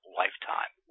lifetime